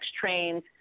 trains